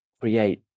create